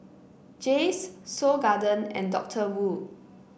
Jays Seoul Garden and Doctor Wu